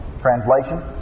Translation